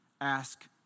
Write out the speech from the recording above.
ask